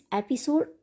episode